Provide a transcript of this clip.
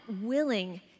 willing